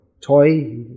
toy